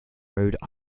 rhode